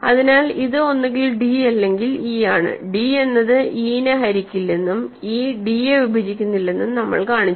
അതിനാൽ ഇത് ഒന്നുകിൽ d അല്ലെങ്കിൽ e ആണ് d എന്നത് e നെ ഹരിക്കില്ലെന്നും e d യെ വിഭജിക്കുന്നില്ലെന്നും നമ്മൾ കാണിച്ചു